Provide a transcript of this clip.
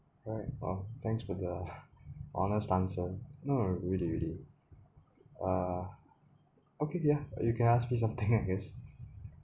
alright oh thanks for the honest answer no really really uh okay ya you can ask me something I guess